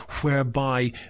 whereby